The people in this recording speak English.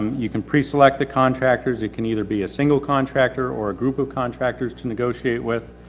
you can pre-select the contractors, it can either be a single contractor or a group of contractors to negotiate with.